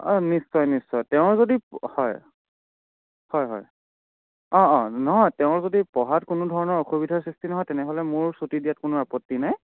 অঁ নিশ্চয় নিশ্চয় তেওঁৰ যদি হয় হয় হয় অঁ অঁ নহয় তেওঁৰ যদি পঢ়াত কোনো ধৰণৰ অসুবিধাৰ সৃষ্টি নহয় তেনেহ'লে মোৰ ছুটী দিয়াত কোনো আপত্তি নাই